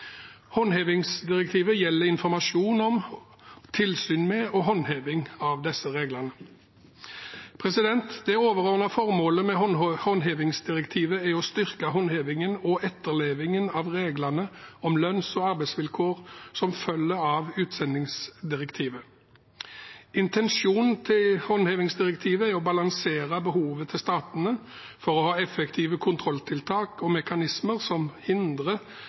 gjelder informasjon om, tilsyn med og håndheving av disse reglene. Det overordnede formålet med håndhevingdirektivet er å styrke håndhevingen og etterlevingen av reglene om lønns- og arbeidsvilkår som følger av utsendingsdirektivet. Intensjonen bak håndhevingdirektivet er å balansere behovet til statene for å ha effektive kontrolltiltak og mekanismer som hindrer